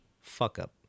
fuck-up